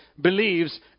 believes